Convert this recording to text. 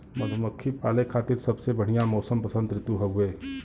मधुमक्खी पाले खातिर सबसे बढ़िया मौसम वसंत ऋतु हउवे